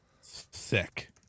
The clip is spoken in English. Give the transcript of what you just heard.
Sick